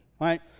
right